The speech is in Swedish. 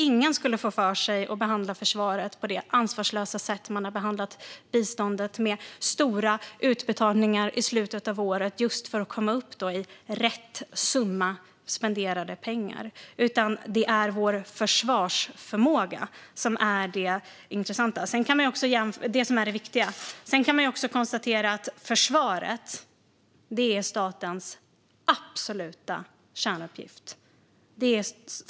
Ingen skulle få för sig att behandla försvaret på det ansvarslösa sätt man har behandlat biståndet, med stora utbetalningar i slutet av året just för att komma upp i "rätt" summa spenderade pengar. Det är vår försvarsförmåga som är det viktiga. Man kan också konstatera att försvaret är statens absoluta kärnuppgift.